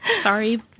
Sorry